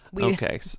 Okay